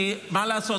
כי מה לעשות,